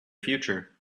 future